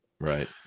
right